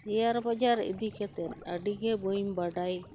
share ᱵᱟᱡᱟᱨ ᱤᱫᱤ ᱠᱟᱛᱮᱫ ᱟᱹᱰᱤᱜᱮ ᱵᱟᱹᱧ ᱵᱟᱰᱟᱭ